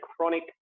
chronic